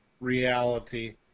reality